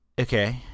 Okay